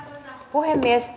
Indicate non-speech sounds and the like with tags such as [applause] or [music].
puhemies [unintelligible]